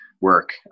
work